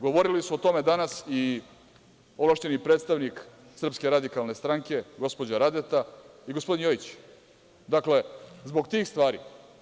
Govorili su o tome danas i ovlašćeni predstavnik SRS, gospođa Radeta i gospodin Jojić, dakle zbog tih stvari.